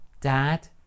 Dad